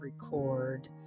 record